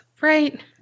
right